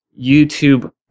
YouTube